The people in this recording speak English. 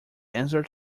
answer